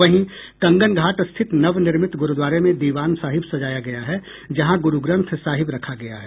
वहीं कंगन घाट स्थित नवनिर्मित गुरुद्वारे में दीवान साहिब सजाया गया है जहां गुरु ग्रंथ साहिब रखा गया है